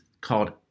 called